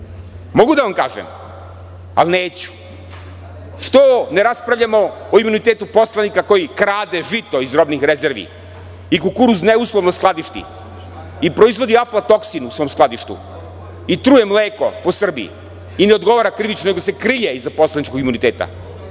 Mogu da vam kažem, ali neću – što ne raspravljamo o imunitetu poslanika koji krade žito iz robnih rezervi i kukuruz ne uslovno skladišti i proizvodi aflatoksin u svom skladištu i truje mleko po Srbiji i ne odgovara krivično nego se krije iza poslaničkog imuniteta.